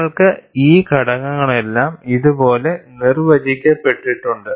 നിങ്ങൾക്ക് ഈ ഘടകങ്ങളെല്ലാം ഇതുപോലെ നിർവചിക്കപ്പെട്ടിട്ടുണ്ട്